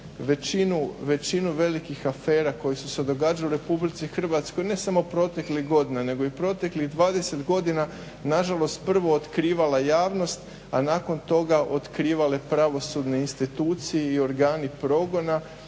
većinu velikih afera koje su se događale u RH ne samo proteklih godina nego i proteklih 20 godina nažalost prvo otkrivala javnost, a nakon toga otkrivale pravosudne institucije i organi programa